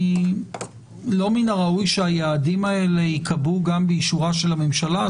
לא מן הראוי שהיעדים האלה ייקבעו גם באישורה של הממשלה?